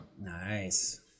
nice